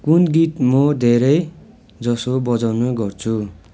कुन गीत म धेरै जसो बजाउने गर्छु